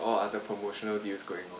all other promotional deals going on